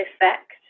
effect